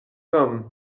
homme